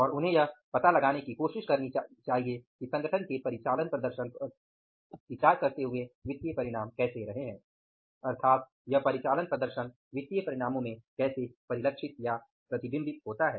और उन्हें यह पता लगाने की कोशिश करनी चाहिए कि संगठन के परिचालन प्रदर्शन पर विचार करते हुए वित्तीय परिणाम कैसे रहे हैं अर्थात यह परिचालन प्रदर्शन वित्तीय परिणामो में कैसे प्रतिबिंबित होता है